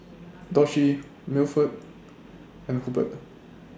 Doshie Milford and Hubert